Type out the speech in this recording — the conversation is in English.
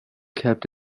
kept